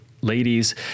ladies